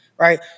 Right